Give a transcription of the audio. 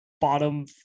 bottom